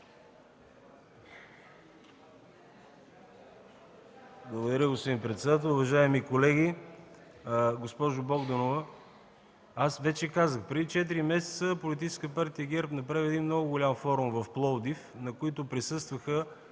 Благодаря, господин председател. Уважаеми колеги! Госпожо Богданова, вече казах: преди четири месеца политическа партия ГЕРБ направи един много голям форум в Пловдив, на който присъстваха